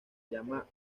llama